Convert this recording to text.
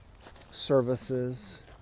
services